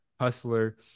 hustler